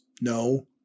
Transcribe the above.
No